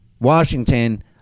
Washington